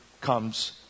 comes